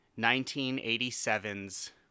1987's